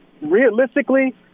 realistically –